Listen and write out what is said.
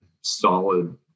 solid